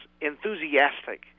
enthusiastic